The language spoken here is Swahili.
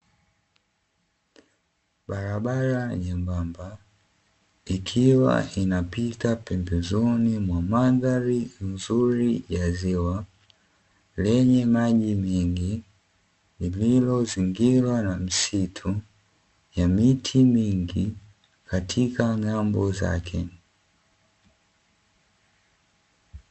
Barabara nyembamba, ikiwa inapita pembezoni mwa mandhari nzuri ya ziwa lenye maji mengi lililozingirwa na msitu wa miti mingi katika ngámbo zake.